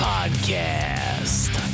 Podcast